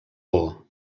por